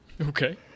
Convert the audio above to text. Okay